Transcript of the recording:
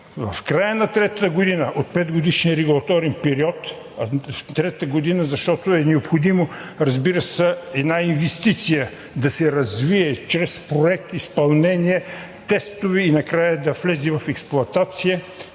В края на третата година от 5-годишния регулаторен период – третата година, защото е необходимо, разбира се, една инвестиция да се развие чрез проект, изпълнение, тестове и накрая да влезе в експлоатация,